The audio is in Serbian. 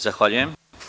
Zahvaljujem.